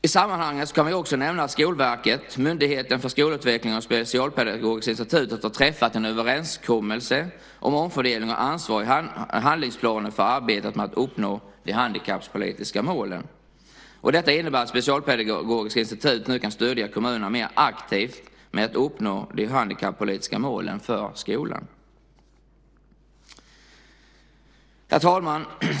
I sammanhanget kan man också nämna att Skolverket, Myndigheten för skolutveckling och Specialpedagogiska institutet har träffat en överenskommelse om omfördelning av ansvar i handlingsplanen för arbetet med att uppnå de handikappolitiska målen. Detta innebär att Specialpedagogiska institutet nu kan stödja kommunerna mer aktivt med att uppnå de handikappolitiska målen för skolan. Herr talman!